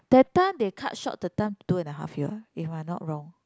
that time they cut short the time two and a half year if I'm not wrong